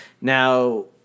Now